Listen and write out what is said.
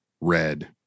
red